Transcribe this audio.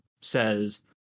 says